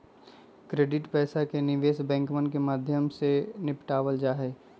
credit पैसा के निवेश बैंकवन के माध्यम से निपटावल जाहई